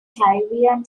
caribbean